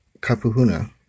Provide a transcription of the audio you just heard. Kapuhuna